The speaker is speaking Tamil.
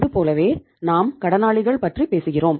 இதுபோலவே நாம் கடனாளிகள் பற்றி பேசுகிறோம்